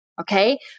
Okay